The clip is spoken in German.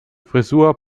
frisur